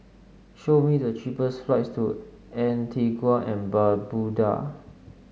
show me the cheapest flights to Antigua and Barbuda